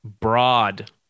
broad